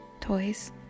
Toys